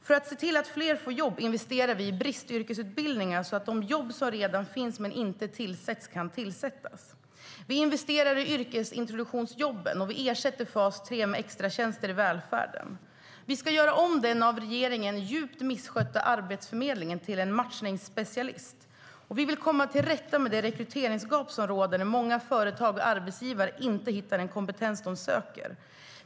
För att se till att fler får jobb investerar vi i bristyrkesutbildningar så att de jobb som redan finns men inte tillsätts kan tillsättas. Vi investerar i yrkesintroduktionsjobben, och vi ersätter fas 3 med extratjänster i välfärden. Vi ska göra om den av regeringen djupt misskötta Arbetsförmedlingen till en matchningsspecialist, och vi vill komma till rätta med det rekryteringsgap som råder, där många företag och arbetsgivare inte hittar den kompetens de söker.